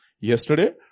yesterday